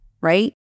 right